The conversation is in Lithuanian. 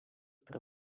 prie